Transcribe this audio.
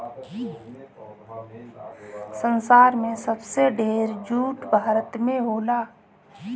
संसार में सबसे ढेर जूट भारत में होला